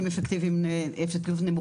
שהם עם אפקטיביות נמוכה,